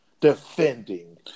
Defending